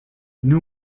new